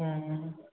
हूँ हूँ